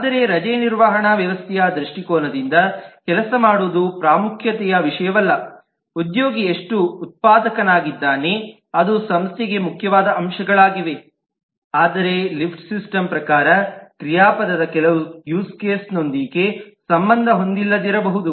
ಆದರೆ ರಜೆ ನಿರ್ವಹಣಾ ವ್ಯವಸ್ಥೆಯ ದೃಷ್ಟಿಕೋನದಿಂದ ಕೆಲಸ ಮಾಡುವುದು ಪ್ರಾಮುಖ್ಯತೆಯ ವಿಷಯವಲ್ಲಉದ್ಯೋಗಿ ಎಷ್ಟು ಉತ್ಪಾದಕನಾಗಿದ್ದಾನೆ ಅದು ಸಂಸ್ಥೆಗೆ ಮುಖ್ಯವಾದ ಅಂಶಗಳಾಗಿವೆ ಆದರೆ ಲಿಫ್ಟ್ ಸಿಸ್ಟಮ್ ಪ್ರಕಾರ ಕ್ರಿಯಾಪದದ ಕೆಲಸವು ಯೂಸ್ ಕೇಸ್ನೊಂದಿಗೆ ಸಂಬಂಧ ಹೊಂದಿಲ್ಲದಿರಬಹುದು